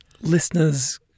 Listeners